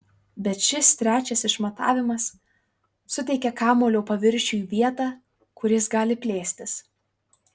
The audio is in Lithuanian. bet šis trečias išmatavimas suteikia kamuolio paviršiui vietą kur jis gali plėstis